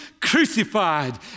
crucified